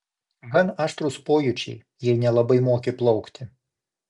gan aštrūs pojūčiai jei nelabai moki plaukti